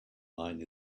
line